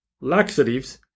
laxatives